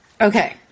Okay